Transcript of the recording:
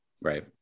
Right